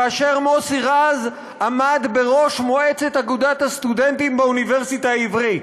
כאשר מוסי רז עמד בראש מועצת אגודת הסטודנטים באוניברסיטה העברית.